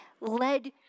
led